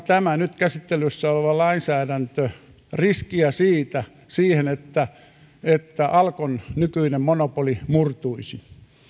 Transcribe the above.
tämä nyt käsittelyssä oleva lainsäädäntö riskiä siitä että että alkon nykyinen monopoli murtuisi